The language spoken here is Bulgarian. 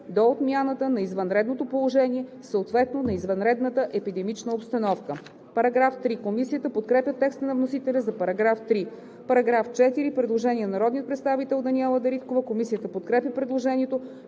до отмяната на извънредното положение, съответно на извънредната епидемична обстановка.“ Комисията подкрепя текста на вносителя за § 3. По § 4 има постъпило предложение на народния представител Даниела Дариткова. Комисията подкрепя предложението.